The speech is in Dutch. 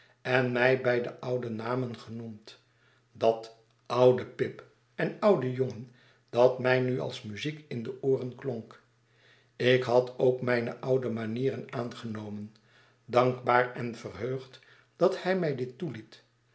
en mij bij de oude namen genoemd dat oude pip en oude jongen dat mij nu als muziek in de ooren klonk ik had ook mijne oude manieren aangenomen dankbaar en verheugd dat hij mij dit toeliet